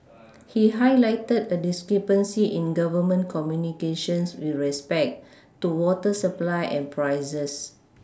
he highlighted a discrepancy in Government communications with respect to water supply and prices